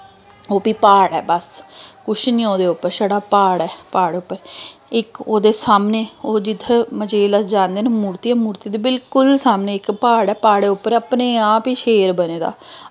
ओह् बा प्हाड़ ऐ बस कुछ नी ओह्दे उप्पर छड़ा प्हाड़ ऐ प्हाड़ उप्पर इक ओह्दे सामनै ओह् जित्थेंं मचेल अस जांदे मूर्ती ऐ मूर्ती दे बिल्कुल सामनै इक प्हाड़ ऐ प्हाड़ै उप्पर अपने आप ई शेर बने दा